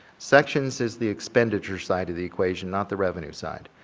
sections is the expenditure side of the equation not the revenue side.